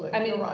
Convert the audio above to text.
i mean.